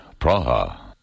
Praha